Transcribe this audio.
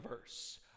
verse